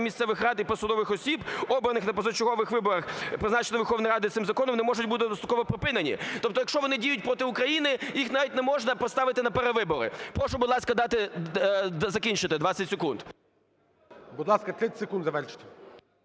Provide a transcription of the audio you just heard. місцевих рад і посадових осіб, обраних на позачергових виборах, призначених Верховною Радою цим законом, не можуть бути достроково припинені. Тобто якщо вони діють проти України, їх навіть не можна поставити на перевибори. Прошу, будь ласка, дати закінчити, 20 секунд. ГОЛОВУЮЧИЙ. Будь ласка, 30 секунд, завершуйте.